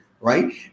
right